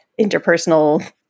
interpersonal